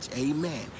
amen